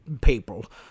people